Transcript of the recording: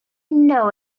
know